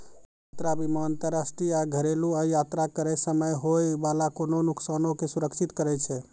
यात्रा बीमा अंतरराष्ट्रीय या घरेलु यात्रा करै समय होय बाला कोनो नुकसानो के सुरक्षित करै छै